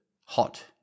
hot